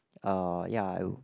uh ya